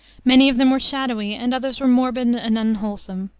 many of them were shadowy and others were morbid and unwholesome.